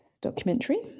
documentary